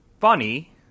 funny